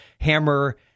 Hammer